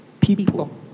People